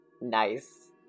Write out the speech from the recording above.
Nice